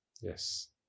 Yes